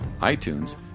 iTunes